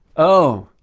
oh!